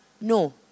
No